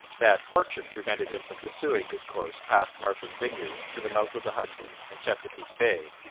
bad fortune prevented him from pursuing his course past martha's vineyard to the mouth of the hudson and chesapeake bay.